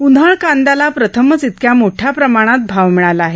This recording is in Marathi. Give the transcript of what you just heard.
उन्हाळ कांद्याला प्रथमच इतक्या मोठ्या प्रमाणात भाव मिळाला आहे